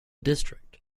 district